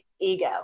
ego